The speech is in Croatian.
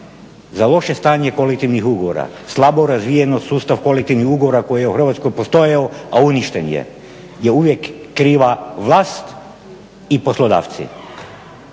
za loše stanje kolektivnih ugovora, slabo razvijen sustav kolektivnih ugovora koji je u Hrvatskoj postojao a uništen je uvijek kriva vlast i poslodavci.